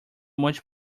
much